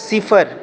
सिफर